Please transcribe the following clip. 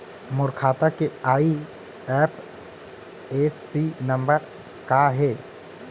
मोर खाता के IFSC number का हे?